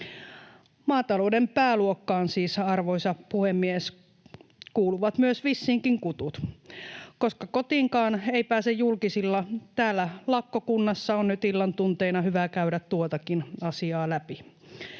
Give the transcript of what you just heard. Maatalouden pääluokkaan siis, arvoisa puhemies, kuuluvat myös vissiinkin kutut. Koska kotiinkaan ei pääse julkisilla, täällä lakkokunnassa on nyt illan tunteina hyvä käydä tuotakin asiaa läpi.